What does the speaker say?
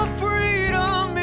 freedom